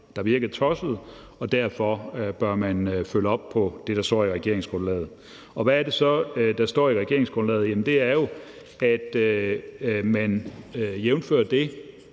der virkede tossede, og derfor bør man følge op på det, der står i regeringsgrundlaget. Hvad er det så, der står i regeringsgrundlaget? Det er jo, at man jævnfør det